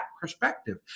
perspective